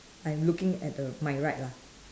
I'm looking at the my right lah